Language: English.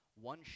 one